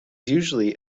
usually